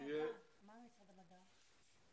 מה עם משרד המדע?